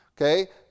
okay